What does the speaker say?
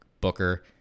booker